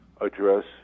address